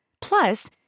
Plus